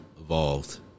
evolved